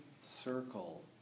circle